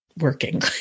working